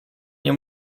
nie